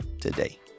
today